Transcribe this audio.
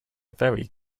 very